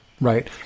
right